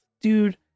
dude